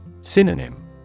Synonym